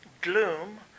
gloom